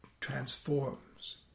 transforms